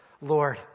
Lord